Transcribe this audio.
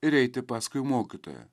ir eiti paskui mokytoją